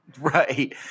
right